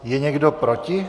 Je někdo proti?